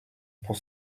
pour